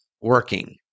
working